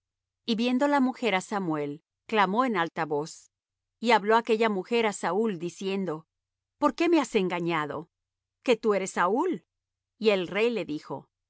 y viendo la mujer á samuel clamó en alta voz y habló aquella mujer á saúl diciendo por qué me has engañado que tú eres saúl y el rey le dijo